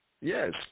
Yes